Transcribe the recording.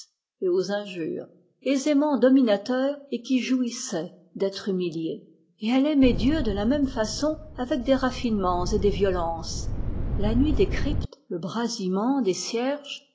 et aux injures aisément dominateur et qui jouissait d'être humilié et elle aimait dieu de la même façon avec des raffinements et des violences la nuit des cryptes le brasillement des cierges